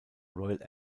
royal